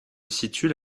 situent